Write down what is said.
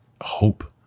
hope